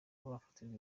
bafatirwa